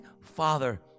father